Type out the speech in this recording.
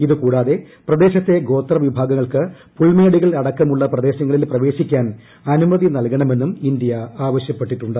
ഇതുകൂടാതെ പ്രദേശത്തെ ഗോത്രവിഭാഗങ്ങൾക്ക് പുൽമേടുകൾ അടക്കമുള്ള പ്രദേശങ്ങളിൽ പ്രവേശിക്കാൻ അനുമതി നൽകണമെന്നും ഇന്തൃ ആവശ്യപ്പെട്ടിട്ടുണ്ട്